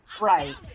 Right